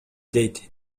дейт